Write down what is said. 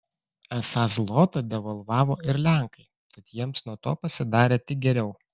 esą zlotą devalvavo ir lenkai tad jiems nuo to pasidarė tik geriau